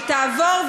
שתעבור,